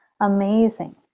amazing